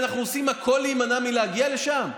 כשאנחנו עושים הכול להימנע מלהגיע לשם?